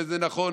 וזה נכון,